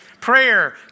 prayer